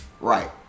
Right